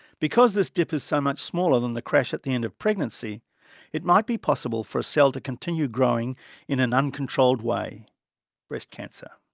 because this dip is so much smaller than the crash at the end of pregnancy it might be possible for a cell to continue growing in an uncontrolled way breast cancer.